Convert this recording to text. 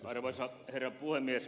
arvoisa herra puhemies